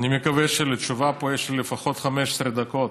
אני מקווה שלתשובה פה יש לי לפחות 15 דקות,